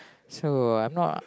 so I'm not